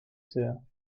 sœurs